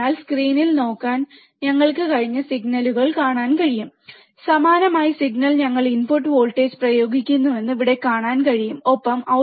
അതിനാൽ സ്ക്രീനിൽ നോക്കാൻ ഞങ്ങൾക്ക് കഴിഞ്ഞ സിഗ്നലുകൾ കാണാൻ കഴിയും സമാനമായ സിഗ്നൽ ഞങ്ങൾ ഇൻപുട്ട് വോൾട്ടേജ് പ്രയോഗിക്കുന്നുവെന്ന് ഇവിടെ കാണാൻ കഴിയും ഒപ്പം